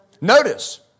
Notice